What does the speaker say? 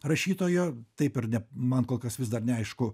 rašytojo taip ir ne man kol kas vis dar neaišku